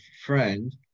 friend